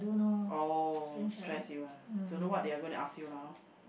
oh stress you ah don't know what they are going to ask lah hor